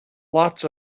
lots